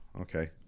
okay